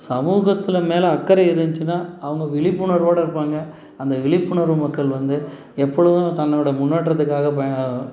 சமூகத்தில் மேல் அக்கறை இருந்துச்சினால் அவங்க விழிப்புணர்வோடு இருப்பாங்க அந்த விழிப்புணர்வு மக்கள் வந்து எப்பொழுதும் தன்னோடய முன்னேற்றத்துக்காக ப